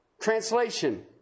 translation